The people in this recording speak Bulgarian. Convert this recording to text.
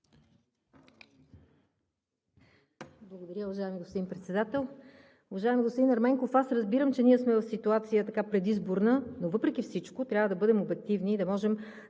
Благодаря, уважаеми господин Председател. Уважаеми господин Ерменков, аз разбирам, че ние сме в предизборна ситуация, но въпреки всичко трябва да бъдем обективни и да можем